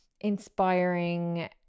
inspiring